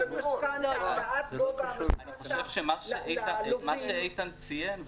---- ועד גובה המשכנתה ללווים --- מה שאיתן ציין,